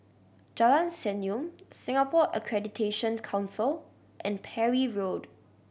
Jalan Senyum Singapore Accreditation's Council and Parry Road